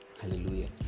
Hallelujah